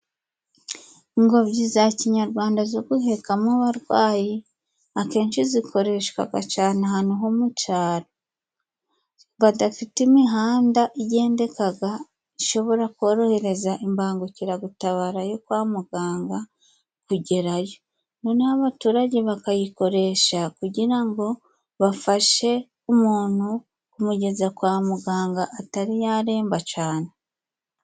Ingobyi za kinyarwanda zo guhekamo abarwayi akenshi zikoreshwaga cane ahantu homucaro, badafite imihanda igendekaga ishobora korohereza imbangukiragutabara yo kwa muganga kugerayo. Nonehoabaturage bakayikoresha kugira ngo bafashe umuntu kumugeza kwa muganga atari ya remba cane.